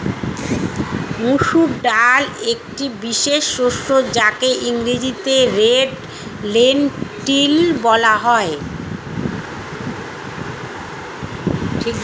মুসুর ডাল একটি বিশেষ শস্য যাকে ইংরেজিতে রেড লেন্টিল বলা হয়